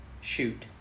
shoot